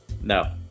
No